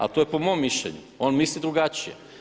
Ali to je po mom mišljenju, on misli drugačije.